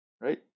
right